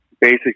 basic